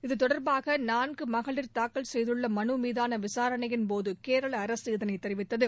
இது தொடர்பாக நான்கு மகளிர் தாக்கல் செய்துள்ள மலு மீதான விசாரணையின் போது கேரள அரசு இதனைத் தெரிவித்தது